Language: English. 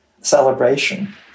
celebration